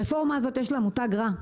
לרפורמה הזאת יש מותג רע.